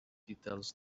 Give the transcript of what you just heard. details